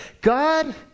God